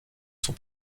sont